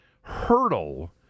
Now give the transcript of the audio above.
hurdle